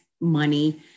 money